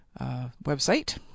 website